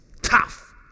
tough